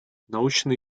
научные